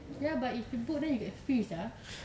ya but if you book you get free sia